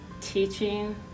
teaching